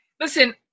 Listen